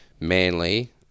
Manly